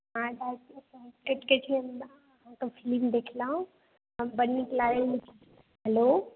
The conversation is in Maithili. हम अहाँके फिल्म देखलहुँ बड़ नीक लागल हेलो